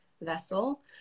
vessel